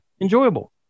Enjoyable